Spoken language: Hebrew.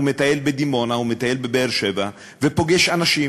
בדימונה ובבאר-שבע ופוגש אנשים